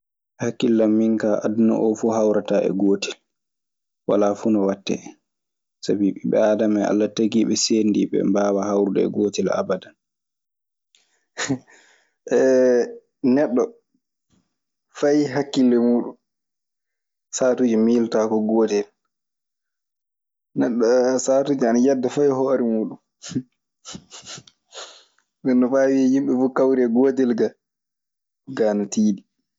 E hakkille an min kaa, aduna oo fuu hawrataa e gootel, walaa fuu no waɗtee. Sabi ɓiɓɓe aadama en Alla tagiiɓe seendiiɓe, ɓe mbaawaa hawrude e gootel abada. Neɗɗo, fay hakkille muuɗun saatuuje miilotaako gootel. Neɗɗo saatuuje ana yedda fay hoore muuɗun. Ndennon faa wiya yimɓe fuu kawrii e gootel ka, ɗun kaa ana tiiɗi.